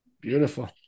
Beautiful